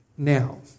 Now